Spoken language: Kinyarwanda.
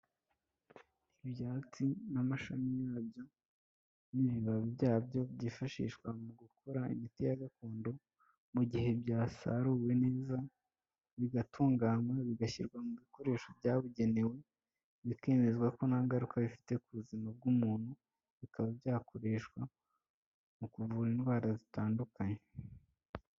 Ibyatsi n'amashami yabyo n'ibibabi byabyo byifashishwa mu gukora imiti ya gakondo, mu gihe byasaruwe neza bigatunganywa, bigashyirwa mu bikoresho byabugenewe bikemezwa ko nta ngaruka bifite ku buzima bw'umuntu bikaba byakoreshwa mu kuvura indwara zitandukanye.